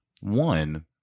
one